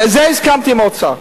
זה הסכמתי עם האוצר.